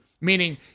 Meaning